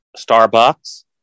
Starbucks